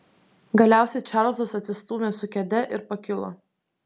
galiausiai čarlzas atsistūmė su kėde ir pakilo